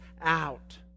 out